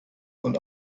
und